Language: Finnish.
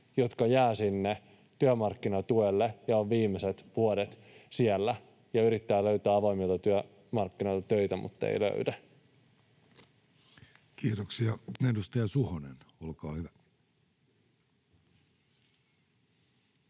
jotka jäävät sinne työmarkkinatuelle ja ovat viimeiset vuodet siellä ja yrittävät löytää avoimilta työmarkkinoilta töitä mutta eivät löydä. [Speech 235] Speaker: